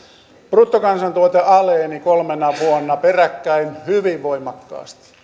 bruttokansantuote aleni kolmena vuonna peräkkäin hyvin voimakkaasti